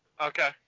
Okay